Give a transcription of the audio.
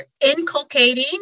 inculcating